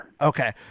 okay